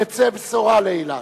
תצא בשורה לאילת,